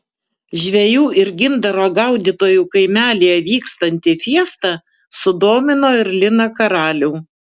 žvejų ir gintaro gaudytojų kaimelyje vykstanti fiesta sudomino ir liną karalių